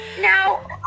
Now